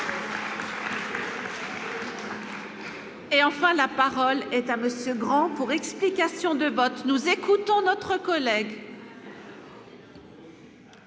Et enfin, la parole est à monsieur Grand pour explication de vote nous écoutons notre collègue.